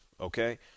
okay